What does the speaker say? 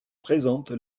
présente